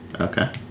Okay